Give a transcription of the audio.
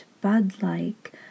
bud-like